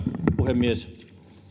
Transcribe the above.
puhemies kyllä